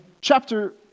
chapter